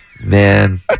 Man